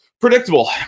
predictable